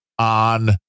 On